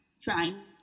trying